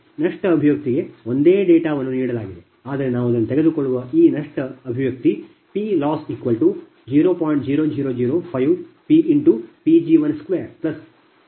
ಈ ನಷ್ಟ ಅಭಿವ್ಯಕ್ತಿಗೆ ಒಂದೇ ಡೇಟಾವನ್ನು ನೀಡಲಾಗಿದೆ ಆದರೆ ನಾವು ಅದನ್ನು ತೆಗೆದುಕೊಳ್ಳುವ ಈ ನಷ್ಟ ಅಭಿವ್ಯಕ್ತಿ PLoss0